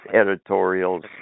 editorials